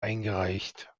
eingereicht